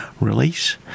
release